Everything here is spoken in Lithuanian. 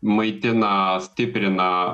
maitina stiprina